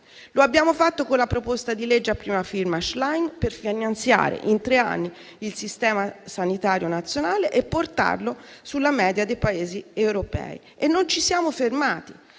Lo abbiamo fatto con la proposta di legge a prima firma Schlein per finanziare in tre anni il sistema sanitario nazionale e portarlo sulla media dei Paesi europei; e non ci siamo fermati.